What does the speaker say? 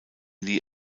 lieh